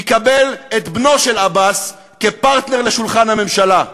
יקבל את בנו של עבאס כפרטנר לשולחן הממשלה.